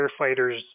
firefighters